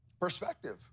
Perspective